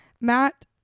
matt